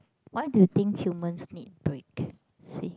why do you think humans need break see